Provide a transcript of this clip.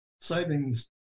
savings